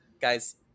Guys